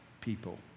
people